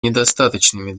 недостаточными